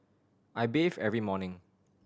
I bathe every morning